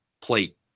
plate